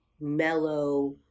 mellow